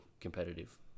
competitive